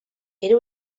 era